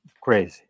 crazy